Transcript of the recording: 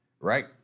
Right